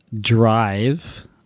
drive